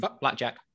Blackjack